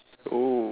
oo